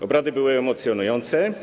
Obrady były emocjonujące.